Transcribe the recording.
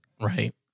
Right